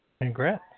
Congrats